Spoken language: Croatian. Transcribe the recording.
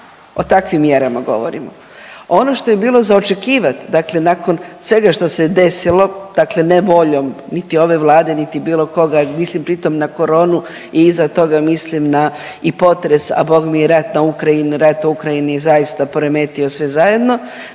o takvim mjerama govorimo. Ono što je bilo za očekivat dakle nakon svega što se desilo, dakle ne voljom niti ove Vlade niti bilo koga, mislim pri tom na koronu i iza toga mislim i na potres, a bogme i rat u Ukrajini, rat u Ukrajini je zaista poremetio sve zajedno,